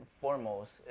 foremost